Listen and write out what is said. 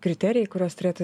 kriterijai kuriuos turėtų